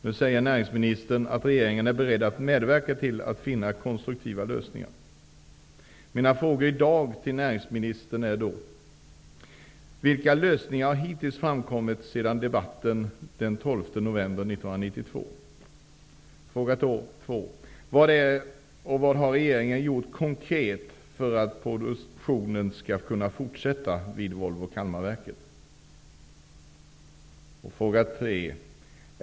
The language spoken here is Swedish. Nu säger näringsministern att regeringen är beredd att medverka när det gäller att finna konstruktiva lösningar. Mina frågor i dag till näringsministern är: 1. Vilka lösningar har hittills framkommit sedan debatten den 12 november 1992? 3.